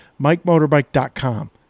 MikeMotorbike.com